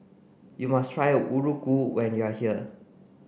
you must try Muruku when you are here